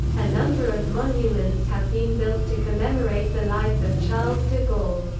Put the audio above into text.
a number of monuments have been built to commemorate the life of charles de gaulle.